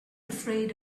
afraid